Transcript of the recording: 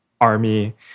ARMY